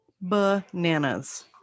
Bananas